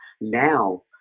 now